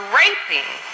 raping